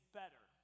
better